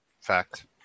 fact